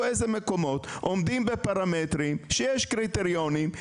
איזה מקומות עומדים בפרמטרים שיש קריטריונים.